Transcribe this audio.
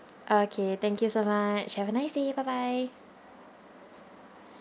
okay thank you so much have a nice day bye bye